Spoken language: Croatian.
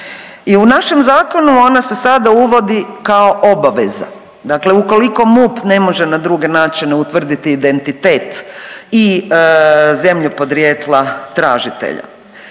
I u našem zakonu ona se sada uvodi kao obaveza. Dakle, ukoliko MUP ne može na druge načine utvrditi identitet i zemlju podrijetla tražitelja.